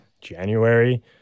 January